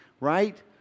right